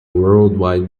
worldwide